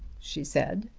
she said.